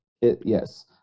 Yes